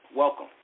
Welcome